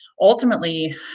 ultimately